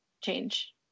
change